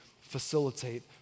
facilitate